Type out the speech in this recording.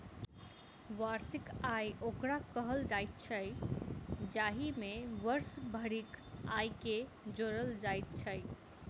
वार्षिक आय ओकरा कहल जाइत छै, जाहि मे वर्ष भरिक आयके जोड़ल जाइत छै